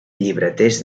llibreters